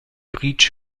rich